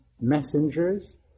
messengers